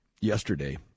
yesterday